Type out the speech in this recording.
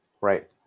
Right